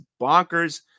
bonkers